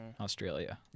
Australia